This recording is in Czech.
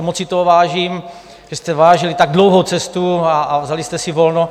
Moc si toho vážím, že jste vážili tak dlouhou cestu a vzali jste si volno.